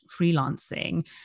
freelancing